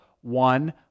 one